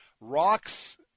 rocks